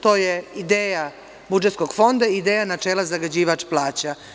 To je ideja budžetskog fonda, ideja načela - zagađivač plaća.